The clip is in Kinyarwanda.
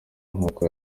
nk’uko